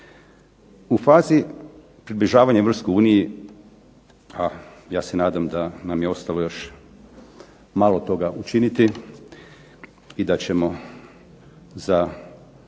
U fazi približavanja Europskoj uniji, a ja se nadam da nam je ostalo još malo toga učiniti i da ćemo za